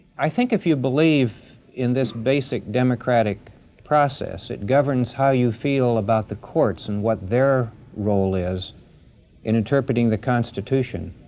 i think if you believe in this basic democratic process, it governs how you feel about the courts and what their role is in interpreting the constitution,